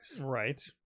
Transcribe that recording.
Right